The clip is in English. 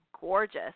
gorgeous